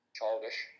childish